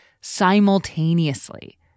simultaneously